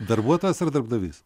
darbuotojas ar darbdavys